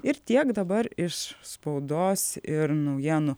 ir tiek dabar iš spaudos ir naujienų